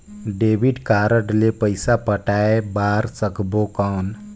Debit card ले पइसा पटाय बार सकबो कौन?